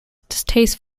distaste